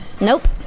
Nope